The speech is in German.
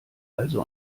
also